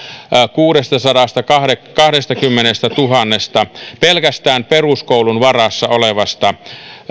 kuudestasadastakahdestakymmenestätuhannesta pelkästään peruskoulun varassa olevasta